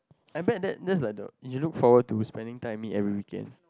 I bet that that's like the you look forward to spending time with me every weekend